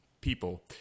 people